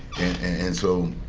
and so